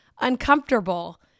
uncomfortable